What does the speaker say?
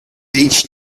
each